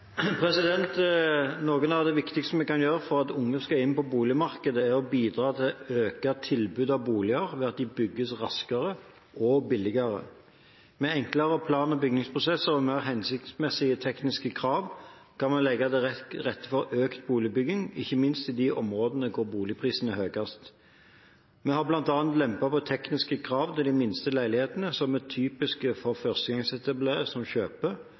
av det viktigste vi kan gjøre for unge som skal inn på boligmarkedet, er å bidra til å øke tilbudet av boliger ved at det bygges raskere og billigere. Med enklere plan- og bygningsprosesser og mer hensiktsmessige tekniske krav kan vi legge til rette for økt boligbygging, ikke minst i de områdene hvor boligprisene er høyest. Vi har bl.a. lempet på tekniske krav til de minste leilighetene, som det typisk er førstegangsetablerende som kjøper.